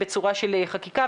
בצורה של חקיקה.